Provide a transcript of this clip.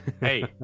Hey